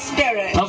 Spirit